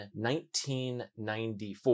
1994